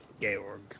Georg